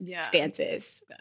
stances